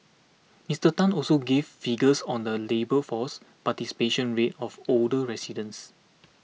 Mister Tan also gave figures on the labour force participation rate of older residents